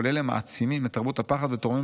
כל אלה מעצימים את תרבות הפחד ותורמים